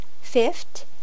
Fifth